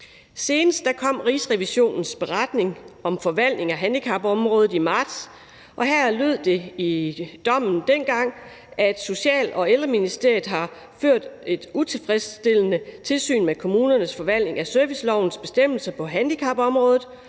Senest kom Rigsrevisionens beretning om forvaltningen af handicapområdet i marts, og her lød det i dommen dengang, at Social- og Ældreministeriet har ført et utilfredsstillende tilsyn med kommunernes forvaltning af servicelovens bestemmelser på handicapområdet,